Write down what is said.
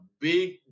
big